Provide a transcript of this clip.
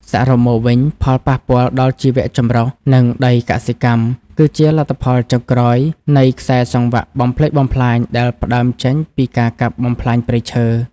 សរុបមកវិញ ផលប៉ះពាល់ដល់ជីវៈចម្រុះ និងដីកសិកម្ម គឺជាលទ្ធផលចុងក្រោយនៃខ្សែសង្វាក់បំផ្លិចបំផ្លាញដែលផ្ដើមចេញពីការកាប់បំផ្លាញព្រៃឈើ។